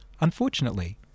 Unfortunately